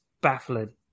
baffling